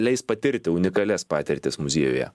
leis patirti unikalias patirtis muziejuje